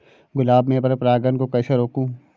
गुलाब में पर परागन को कैसे रोकुं?